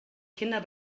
kinder